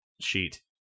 sheet